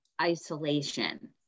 isolation